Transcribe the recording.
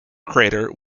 crater